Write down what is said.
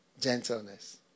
Gentleness